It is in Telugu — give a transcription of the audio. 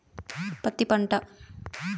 పత్తి పంట